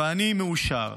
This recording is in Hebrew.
ואני מאושר.